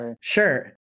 sure